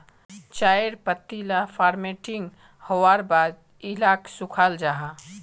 चायर पत्ती ला फोर्मटिंग होवार बाद इलाक सुखाल जाहा